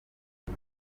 ati